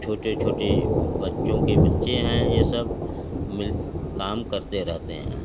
छोटे छोटे बच्चों के बच्चे हैं ये सब मिल काम करते रहते हैं